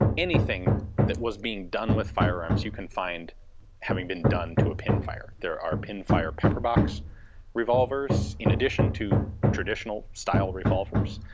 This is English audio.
anything that was being done with firearms you can find having been done to a pinfire. there are pinfire pepperbox revolvers in addition to traditional style revolvers.